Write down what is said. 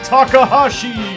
Takahashi